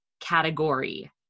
category